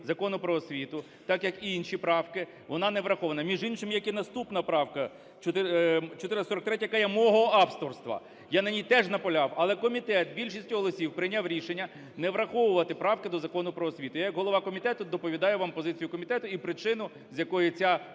Закону "Про освіту" так, як і інші правки, вона не врахована, між іншим як і наступна правка 443, яка є мого авторства, я на ній теж наполягав. Але комітет більшістю голосів прийняв рішення не враховувати правки до Закону "Про освіту". Я як голова комітету доповідаю вам позицію комітету і причину, з якої ця